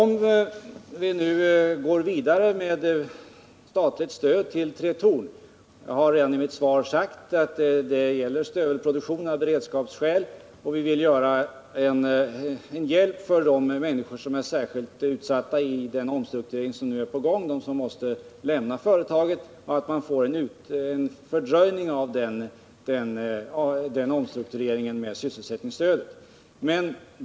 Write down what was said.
Med det statliga stödet till Tretorn — jag har redan i mitt svar sagt att det främst gäller stövelproduktion av beredskapsskäl — vill vi hjälpa de människor som är särskilt utsatta i den omstrukturering som nu är på gång, människor som måste lämna företaget. Med hjälp av sysselsättningsstödet kan omstruktureringen ske i långsammare takt.